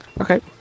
Okay